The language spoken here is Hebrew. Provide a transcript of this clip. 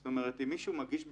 זאת אומרת, אם מישהו מגיש בקשה,